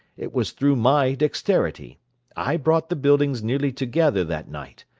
it was through my dexterity i brought the buildings nearly together that night,